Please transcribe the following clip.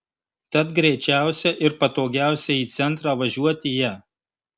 tad greičiausia ir patogiausia į centrą važiuoti ja